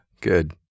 good